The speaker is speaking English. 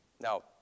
Now